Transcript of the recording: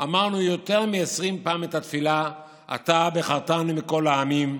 אמרנו יותר מ-20 פעם את התפילה "אתה בחרתנו מכל העמים,